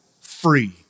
free